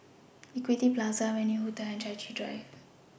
Equity Plaza Venue Hotel and Chai Chee Drive